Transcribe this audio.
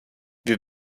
wir